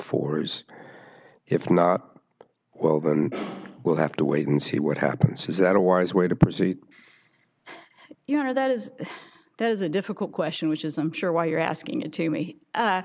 fours if not well then we'll have to wait and see what happens is that a wise way to proceed you know that is those a difficult question which is i'm sure why you're asking it to me